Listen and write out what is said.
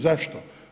Zašto?